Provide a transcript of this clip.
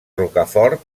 rocafort